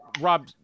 Rob